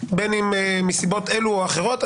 בין אם מסיבות אלו או אחרות,